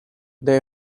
they